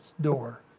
door